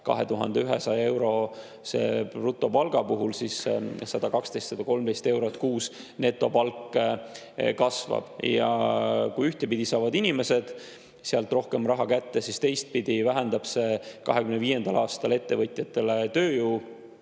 2100-eurose brutopalga puhul 112–113 eurot kuus netopalk kasvab. Ja kui ühtpidi saavad inimesed sel viisil rohkem raha kätte, siis teistpidi vähendab see 2025. aastal ettevõtjatele